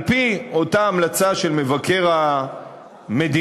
על-פי אותה המלצה של מבקר המדינה,